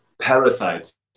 parasites